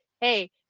hey